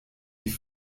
die